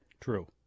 True